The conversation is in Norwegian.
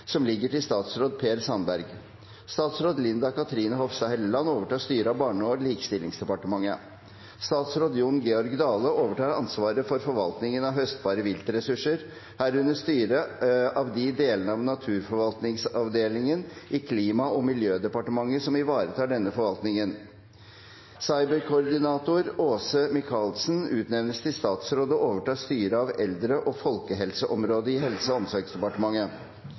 som ligger til statsråd Per Sandberg. Statsråd Linda Cathrine Hofstad Helleland overtar styret av Barne- og likestillingsdepartementet. Statsråd Jon Georg Dale overtar ansvaret for forvaltningen av høstbare viltressurser, herunder styret av de delene av Naturforvaltningsavdelingen i Klima- og miljødepartementet som ivaretar denne forvaltningen. Cyberkoordinator Åse Michaelsen utnevnes til statsråd og overtar styret av eldre- og folkehelseområdet i Helse- og omsorgsdepartementet.